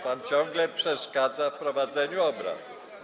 Pan ciągle przeszkadza w prowadzeniu obrad.